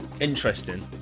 Interesting